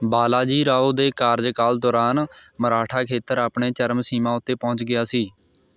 ਬਾਲਾਜੀ ਰਾਓ ਦੇ ਕਾਰਜਕਾਲ ਦੌਰਾਨ ਮਰਾਠਾ ਖੇਤਰ ਆਪਣੇ ਚਰਮ ਸੀਮਾ ਉੱਤੇ ਪਹੁੰਚ ਗਿਆ ਸੀ